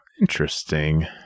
Interesting